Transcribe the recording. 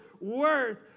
worth